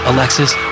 Alexis